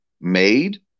made